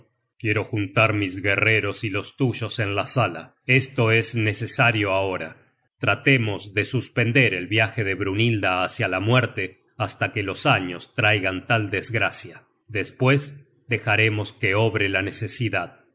quiero juntar mis guerreros y los tuyos en la sala esto es necesario ahora tratemos de suspender el viaje de brynhilda hácia la muerte hasta que los años traigan tal desgracia despues dejaremos que obre la necesidad